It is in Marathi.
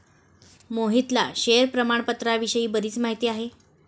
मोहितला शेअर प्रामाणपत्राविषयी बरीच माहिती आहे